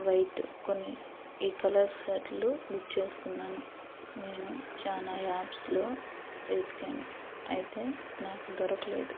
white కొన్ని ఈ colour షర్ట్లు బుక్ చేసుకున్నాను నేను చాలా యాప్స్లో వెతికాను అయితే నాకు దొరకలేదు